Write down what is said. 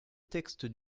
texte